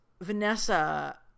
Vanessa